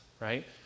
right